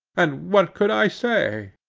and what could i say?